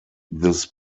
this